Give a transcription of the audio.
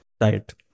diet